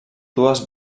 dues